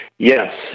Yes